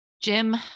Jim